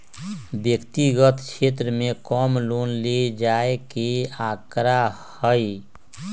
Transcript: व्यक्तिगत क्षेत्र में कम लोन ले जाये के आंकडा हई